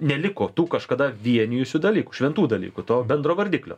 neliko tų kažkada vienijusių dalykų šventų dalykų to bendro vardiklio